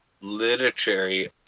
literary